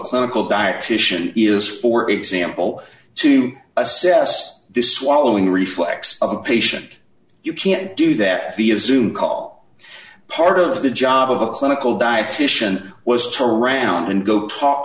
clinical dietitian is for example to assess the swallowing reflex of a patient you can't do that via xoom call part of the job of a clinical dietician was turned around and go talk